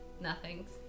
nothings